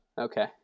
Okay